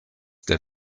der